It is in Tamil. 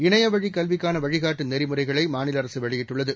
இணையவழிக் கல்விக்கான வழிகாட்டு நெறிமுறைகளை மாநில அரசு வெளியிட்டுள்ளது